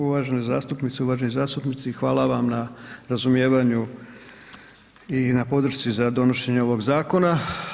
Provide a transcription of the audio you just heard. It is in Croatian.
Uvažene zastupnice, uvaženi zastupnici hvala vam na razumijevanju i na podršci za donošenje ovog zakona.